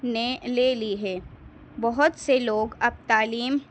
نے لے لی ہے بہت سے لوگ اب تعلیم